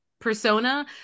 persona